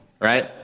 right